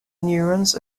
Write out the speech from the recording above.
neurons